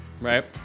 right